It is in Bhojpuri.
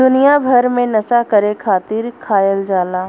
दुनिया भर मे नसा करे खातिर खायल जाला